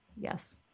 Yes